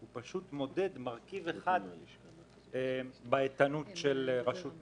הוא פשוט מודד מרכיב אחד באיתנות של רשות מקומית,